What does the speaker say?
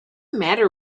matter